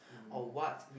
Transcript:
or what